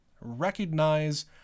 Recognize